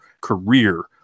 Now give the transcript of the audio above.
career